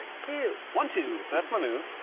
two. one, two, so that's my move.